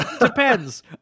Depends